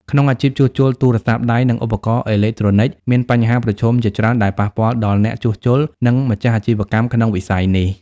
ក្នុងអាជីពជួសជុលទូរស័ព្ទដៃ និងឧបករណ៍អេឡិចត្រូនិក មានបញ្ហាប្រឈមជាច្រើនដែលប៉ះពាល់ដល់អ្នកជួសជុល និងម្ចាស់អាជីវកម្មក្នុងវិស័យនេះ។